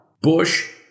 Bush